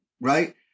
Right